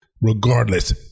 Regardless